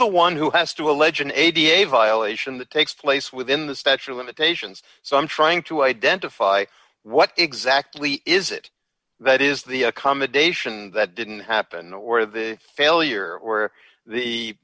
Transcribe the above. the one who has to allege an eighty a violation that takes place within the statute of limitations so i'm trying to identify what exactly is it that is the accommodation that didn't happen or the failure where